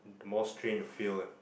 the more strain you feel